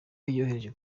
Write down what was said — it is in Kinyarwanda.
yohereje